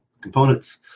components